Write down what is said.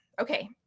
Okay